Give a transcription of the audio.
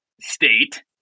State